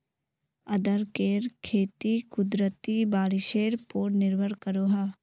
अदरकेर खेती कुदरती बारिशेर पोर निर्भर करोह